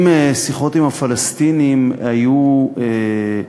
אם שיחות עם הפלסטינים היו,